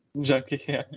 Junkie